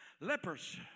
lepers